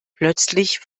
plötzlich